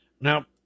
Now